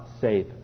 safe